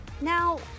Now